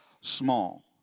small